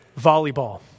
volleyball